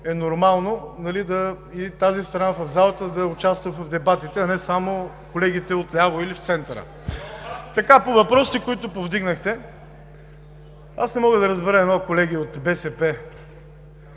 е нормално и тази страна в залата да участва в дебатите, а не само колегите от ляво или в центъра. По въпросите, които повдигнахте, аз не мога да разбера едно, колеги от БСП.